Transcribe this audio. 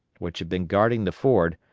which had been guarding the ford,